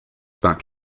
backed